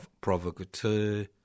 provocateur